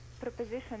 Proposition